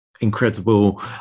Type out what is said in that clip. incredible